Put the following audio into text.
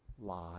lie